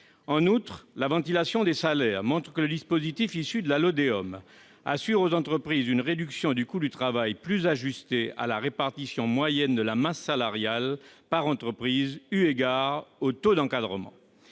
En outre, la ventilation des salaires montre que le dispositif issu de la LODEOM assure aux entreprises une réduction du coût du travail plus ajustée à la répartition moyenne de la masse salariale par entreprise, eu égard aux taux d'encadrement.